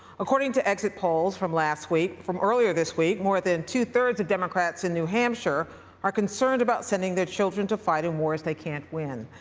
according to exit polls from last week, from earlier this week, more than two thirds of democrats in new hampshire are concerned about sending their children to fight in wars they can't win.